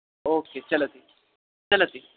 okay चलति चलति